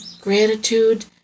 gratitude